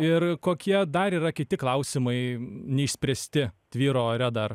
ir kokie dar yra kiti klausimai neišspręsti tvyro ore dar